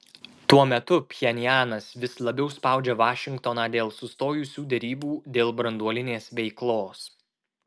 tuo metu pchenjanas vis labiau spaudžia vašingtoną dėl sustojusių derybų dėl branduolinės veiklos